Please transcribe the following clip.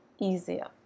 easier